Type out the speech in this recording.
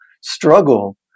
struggle